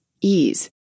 ease